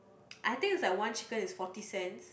I think is like one chicken is forty cents